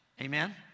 Amen